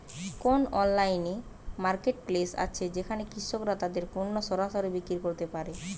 কোন online marketplace আছে যেখানে কৃষকরা তাদের পণ্য সরাসরি বিক্রি করতে পারে?